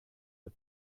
the